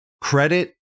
credit